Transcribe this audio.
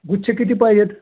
गुच्छ किती पाहिजेत